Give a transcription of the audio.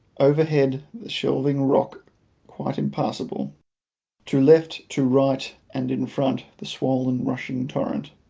overhead the shelving rock quite impassable to left, to right, and in front, the swollen, rushing torrent.